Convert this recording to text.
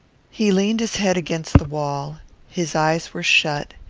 he leaned his head against the wall his eyes were shut,